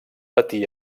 patí